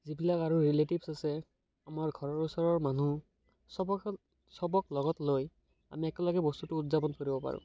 যিবিলাক আৰু ৰিলেটিভচ আছে আমাৰ ঘৰৰ ওচৰৰ মানুহ চবকে চবক লগত লৈ আমি একেলগে বস্তুটো উদযাপন কৰিব পাৰোঁ